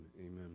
amen